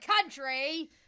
country